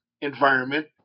environment